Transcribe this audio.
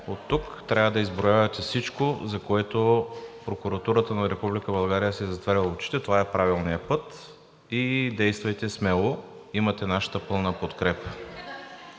Оттук трябва да изброявате всичко, за което прокуратурата на Република България си е затваряла очите. Това е правилният път и действайте смело. Имате нашата пълна подкрепа.